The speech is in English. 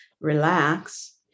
relax